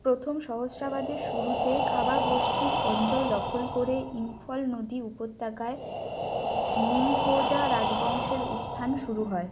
প্রথম সহস্রাবাদের শুরুতে খাবা গোষ্ঠীর অঞ্চল দখল করে ইম্ফল নদী উপত্যকায় নিংথৌজা রাজবংশের উত্থান শুরু হয়